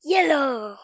Yellow